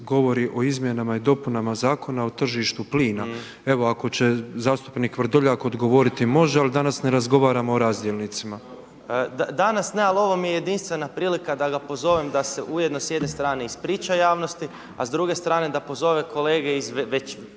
govori o izmjenama i dopunama Zakona o tržištu plina evo ako će zastupnik Vrdoljak odgovoriti, ali danas ne razgovaramo o razdjelnicima. **Pernar, Ivan (Živi zid)** Danas ne, ali ovo mi je jedinstvena prilika da ga pozovem da se ujedno s jedne strane ispriča javnosti, a s druge strane da pozove kolege iz